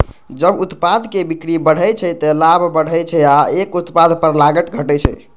जब उत्पाद के बिक्री बढ़ै छै, ते लाभ बढ़ै छै आ एक उत्पाद पर लागत घटै छै